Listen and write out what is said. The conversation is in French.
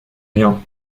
rien